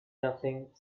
nothing